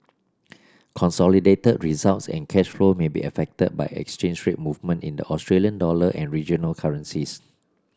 consolidated results and cash flow may be affected by exchange rate movement in the Australian dollar and regional currencies